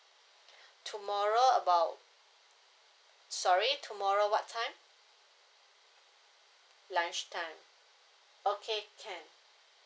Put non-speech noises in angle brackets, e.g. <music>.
<breath> tomorrow about sorry tomorrow what time lunch time okay can